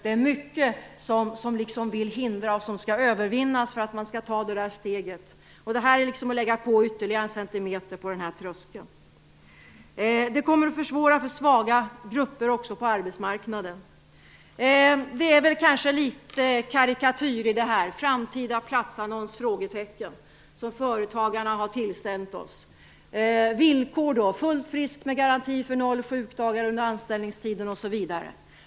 Det är mycket som hindrar och som måste övervinnas för att kunna ta detta steg. Det är liksom att lägga på ytterligare en centimeter på denna tröskel. Det kommer också att försvåra för svaga grupper på arbetsmarknaden. Kanske är det som jag nu visar upp litet karikatyr: Framtida platsannons?, som företagarna har tillsänt oss. Villkor? Fullt frisk med garanti för noll sjukdagar under anställningstiden osv.